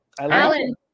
Alan